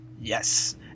Yes